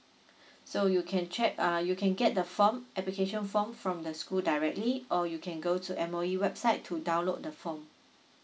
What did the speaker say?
so you can check uh you can get the form application form from the school directly or you can go to M_O_E website to download the form